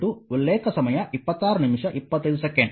ಆದ್ದರಿಂದ Ra ಅದನ್ನು ತೆಗೆದುಕೊಳ್ಳುತ್ತದೆ